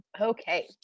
Okay